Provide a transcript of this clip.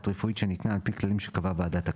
רפואית שניתנה על פי כללים שקבעה ועדת הכנסת,